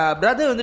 brother